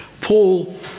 Paul